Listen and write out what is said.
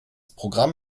programm